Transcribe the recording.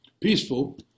peaceful